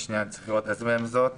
זאת